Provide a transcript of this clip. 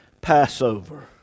Passover